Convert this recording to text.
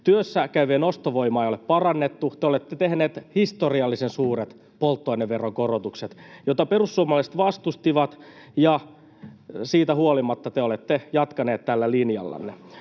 Työssäkäyvien ostovoimaa ei ole parannettu — te olette tehneet historiallisen suuret polttoaineveron korotukset, joita perussuomalaiset vastustivat, ja siitä huolimatta te olette jatkaneet tällä linjallanne.